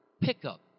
pickup